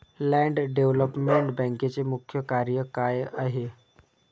Land development बँकेचे मुख्य कार्य काय आहे?